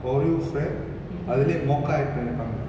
oreo frappe அதுலயும்:athulayum mocha add பண்ணி இருப்பாங்க:panni iruppanga